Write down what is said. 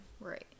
Right